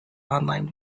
online